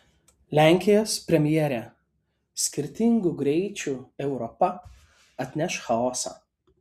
lenkijos premjerė skirtingų greičių europa atneš chaosą